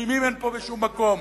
פנינים אין פה בשום מקום.